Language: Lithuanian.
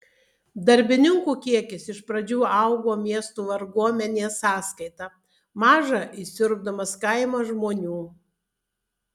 darbininkų kiekis iš pradžių augo miestų varguomenės sąskaita maža įsiurbdamas kaimo žmonių